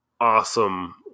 awesome